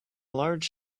large